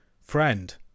Friend